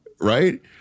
right